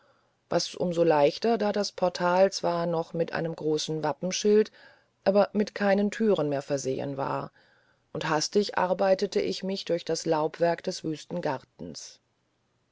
was um so leichter da das portal zwar noch mit einem großen wappenschild aber mit keinen türen mehr versehen war und hastig arbeitete ich mich durch das laubwerk des wüsten